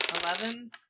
Eleven